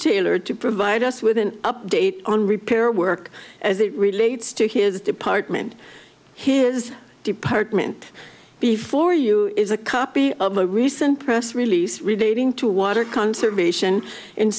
taylor to provide us with an update on repair work as it relates to his department his department before you is a copy of a recent press release relating to water conservation in